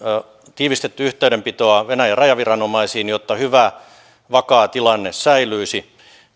tiivistäneet yhteydenpitoa venäjän rajaviranomaisiin jotta hyvä vakaa tilanne säilyisi